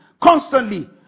constantly